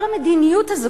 כל המדיניות הזאת,